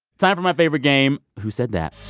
time for my favorite game who said that